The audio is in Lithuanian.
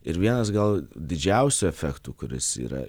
ir vienas gal didžiausių efektų kuris yra